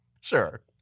Sure